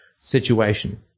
situation